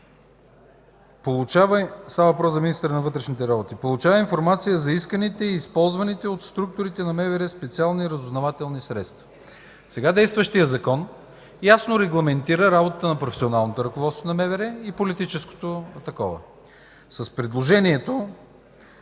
става въпрос за министъра на вътрешните работи: